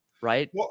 right